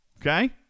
Okay